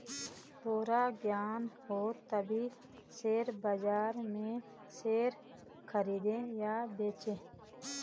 पूरा ज्ञान हो तभी शेयर बाजार में शेयर खरीदे या बेचे